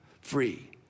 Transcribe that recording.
free